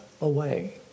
away